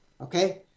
Okay